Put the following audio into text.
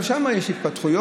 גם שם יש התפתחויות.